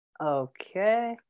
Okay